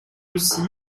aussi